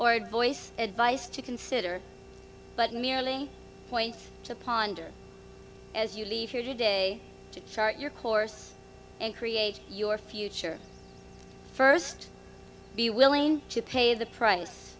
boyce advice to consider but merely points to ponder as you leave your day to chart your course and create your future first be willing to pay the price